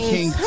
King